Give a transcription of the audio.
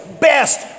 best